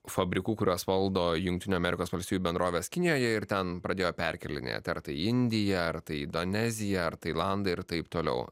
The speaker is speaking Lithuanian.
fabrikų kuriuos valdo jungtinių amerikos valstijų bendrovės kinijoje ir ten pradėjo perkėlinėti ar tai į indija ar tai doneziją ar tailandą ir taip toliau